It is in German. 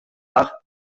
dach